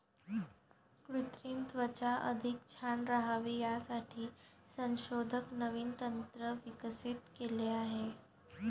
कृत्रिम त्वचा अधिक छान राहावी यासाठी संशोधक नवीन तंत्र विकसित केले आहे